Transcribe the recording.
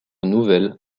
nouvelles